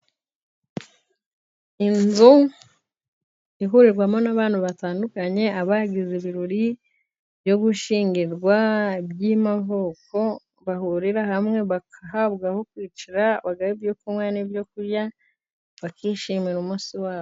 Inzu ihurirwamo n'abantu batandukanye, abagize ibirori byo gushyingirwa, by'amavuko bahurira hamwe bagahabwa aho kwicara, bagahabwa ibyo kunywa n'ibyo kurya, bakishimira umunsi wabo.